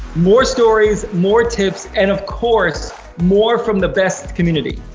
more stories, more tips and of course more from the best community.